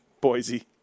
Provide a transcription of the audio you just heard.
Boise